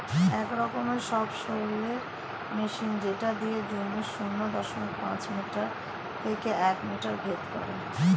এক রকমের সবসৈলের মেশিন যেটা দিয়ে জমির শূন্য দশমিক পাঁচ মিটার থেকে এক মিটার ভেদ করে